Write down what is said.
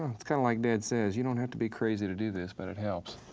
it's kinda like dad says, you don't have to be crazy to do this but it helps.